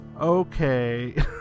okay